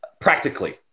Practically